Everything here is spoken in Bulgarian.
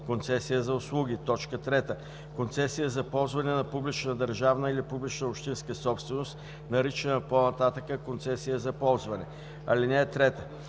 концесия за услуги; 3. концесия за ползване на публична държавна или публична общинска собственост, наричана по-нататък „концесия за ползване“. (3) Според